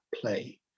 play